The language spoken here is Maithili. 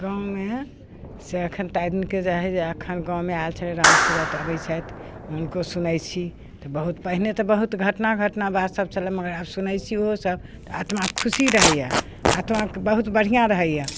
गाँवमे से अखन ताहि दिनके जे हय अखन गाँवमे आएल छलै राम सुरत अबैत छथि हुनको सुनैत छी तऽ पहिने तऽ बहुत घटना घटना बात सभ छलैया मगर आब सुनैत छी ओहो सभ तऽ आत्मा खुशी रहैया आत्मा बहुत बढ़िआँ रहैया